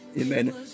Amen